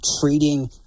treating